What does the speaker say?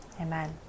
Amen